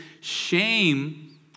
shame